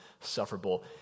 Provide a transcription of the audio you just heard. sufferable